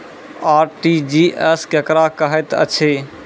RTGS केकरा कहैत अछि?